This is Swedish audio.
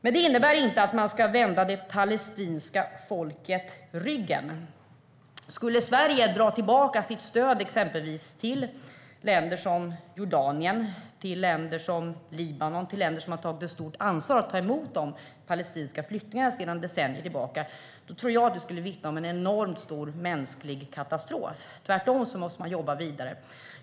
Men detta innebär inte att man ska vända det palestinska folket ryggen. Skulle Sverige dra tillbaka sitt stöd exempelvis till länder som Jordanien, Libanon och andra länder, som sedan decennier tillbaka har tagit ett stort ansvar för att ta emot palestinska flyktingar, tror jag att vi skulle få bevittna en enormt stor mänsklig katastrof. Tvärtom måste man jobba vidare.